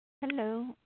Hello